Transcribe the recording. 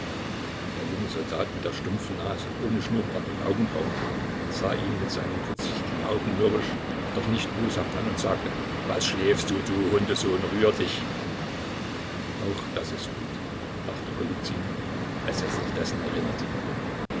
der junge soldat mit der stumpfen nase ohne schnurrbart und augenbrauen sah ihn mit seinen kurzsichtigen augen mürrisch doch nicht boshaft an und sagte was schläfst du du hundesohn rühr dich auch das ist gut dachte golizyn als er sich dessen erinnerte